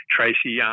Tracy